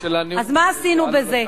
אז מה עשינו בזה?